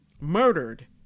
Murdered